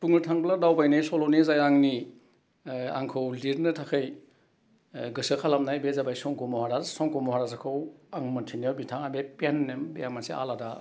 बुंनो थांब्ला दावबायनाय सल'नि जाय आंनि आंखौ लिरनो थाखाय गोसो खालामनाय बे जाबाय संक्य' महारास संक्य' महारासखौ आं मोनथिनायाव बिथाङा बे पेन नेम बे मोनसे आलादा